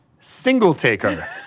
Singletaker